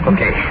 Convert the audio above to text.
Okay